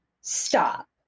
stop